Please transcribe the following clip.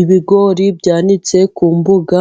Ibigori byanitse ku mbuga